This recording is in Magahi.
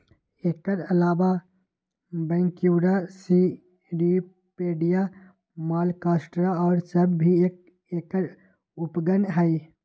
एकर अलावा ब्रैक्यूरा, सीरीपेडिया, मेलाकॉस्ट्राका और सब भी एकर उपगण हई